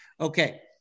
Okay